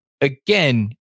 again